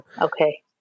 Okay